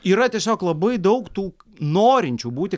yra tiesiog labai daug tų norinčių būti